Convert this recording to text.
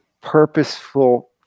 purposeful